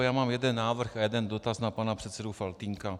Já mám jeden návrh a jeden dotaz na pana předsedu Faltýnka.